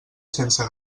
sense